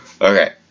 Okay